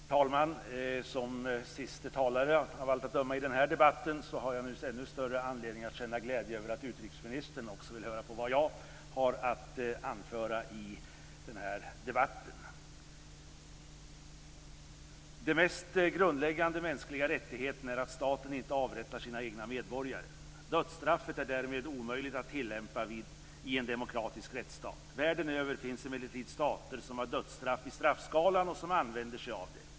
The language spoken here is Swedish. Herr talman! Som siste talare av allt att döma i den här debatten har jag ännu större anledning att känna glädje över att utrikesministern vill höra också vad jag har att anföra. Den mest grundläggande mänskliga rättigheten är att staten inte avrättar sina egna medborgare. Dödsstraffet är därmed omöjligt att tillämpa i en demokratisk rättsstat. Världen över finns emellertid stater som har dödsstraff i straffskalan och som använder sig av det.